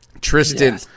Tristan –